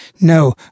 No